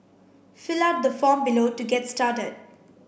fill out the form below to get started